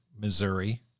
Missouri